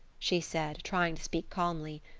she said, trying to speak calmly.